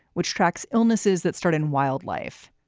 which tracks illnesses that start in wildlife.